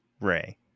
Ray